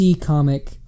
comic